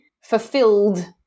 fulfilled